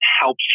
helps